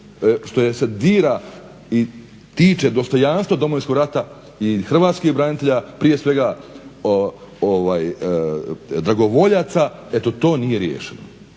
što je se i tiče dostojanstva Domovinskog rata, i hrvatskih branitelja prije svega dragovoljaca. Eto to nije riješeno.